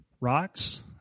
Rocks